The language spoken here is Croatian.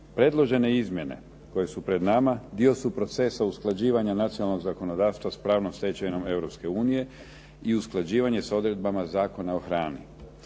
Predložene izmjene koje su pred nama dio su procesa usklađivanja nacionalnog zakonodavstva sa pravnom stečevinom Europske unije i usklađivanje sa odredbama Zakona o hrani.